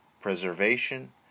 preservation